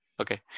okay